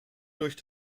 durch